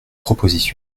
proposition